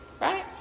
Right